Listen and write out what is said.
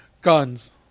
guns